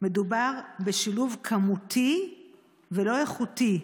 מדובר בשילוב כמותי ולא איכותי,